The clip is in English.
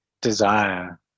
desire